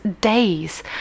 days